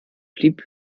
blieb